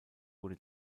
wurde